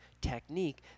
technique